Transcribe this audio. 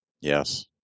yes